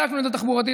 בדקנו את זה תחבורתית,